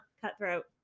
cutthroat